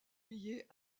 liée